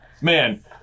Man